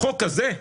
החוק הזה,